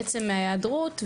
בעצם מההיעדרות,